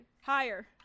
Higher